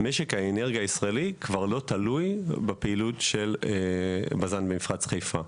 משק האנרגיה הישראלי כבר לא תלוי בפעילות של בז"ן במפרץ חיפה.